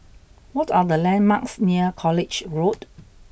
what are the landmarks near College Road